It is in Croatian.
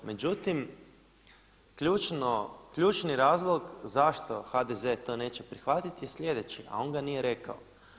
Međutim, ključni razlog zašto HDZ to neće prihvatiti je slijedeće, a on ga nije rekao.